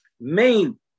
main